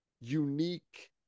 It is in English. unique